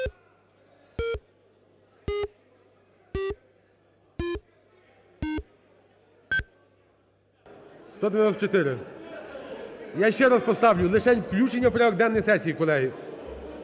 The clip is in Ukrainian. За-194 Я ще раз поставлю лишень включення у порядок денний сесії, колеги.